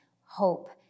hope